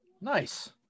Nice